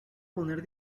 poner